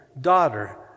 daughter